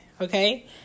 okay